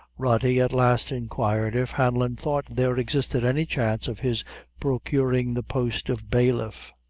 rody at last inquired if hanlon thought there existed any chance of his procuring the post of bailiff.